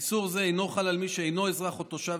איסור זה אינו חל על מי שאינו אזרח או תושב